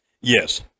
Yes